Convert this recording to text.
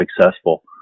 successful